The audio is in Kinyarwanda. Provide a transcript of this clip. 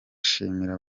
trump